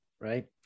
right